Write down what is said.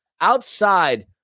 outside